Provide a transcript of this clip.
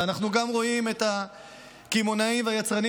ואנחנו גם רואים את הקמעונאים והיצרנים